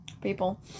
people